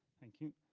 thank you.